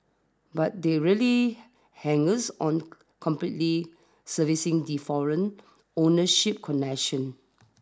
but they really hangers on completely servicing the foreign ownership connection